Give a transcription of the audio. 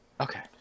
Okay